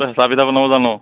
তই হেঁচা পিঠা বনাব জান